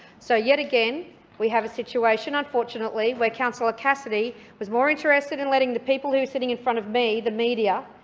so yet again we have a situation unfortunately where councillor cassidy was more interested in letting the people who are sitting in front of me, the media,